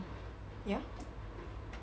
ya